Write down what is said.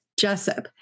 Jessup